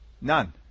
none